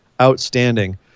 outstanding